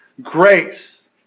grace